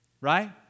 right